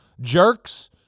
jerks